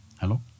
Hello